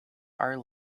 are